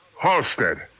Halstead